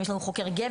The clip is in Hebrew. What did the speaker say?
אם יש לנו חוקר גבר,